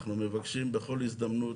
אנחנו מבקשים בכל הזדמנות,